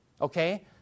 okay